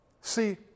See